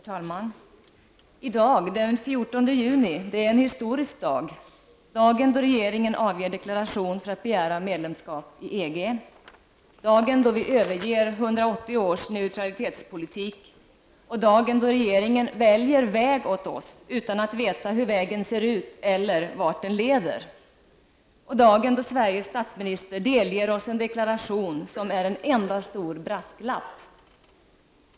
Herr talman! I dag den 14 juni är en historisk dag, dagen då regeringen avger deklarationen för att begära medlemskap i EG, dagen då vi överger 180 års neutralitetspolitik, dagen då regeringen väljer väg åt oss utan att veta hur vägen ser ut eller vart den leder, och dagen då Sveriges statsminister delger oss en deklaration som är en enda stor brasklapp.